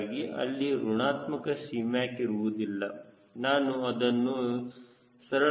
ಹೀಗಾಗಿ ಅಲ್ಲಿ ಋಣಾತ್ಮಕ Cmac ಇರುವುದಿಲ್ಲ ನಾನು ಅದನ್ನು ಸರಳವಾಗಿಸಿದ್ದೇನೆ